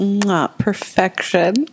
Perfection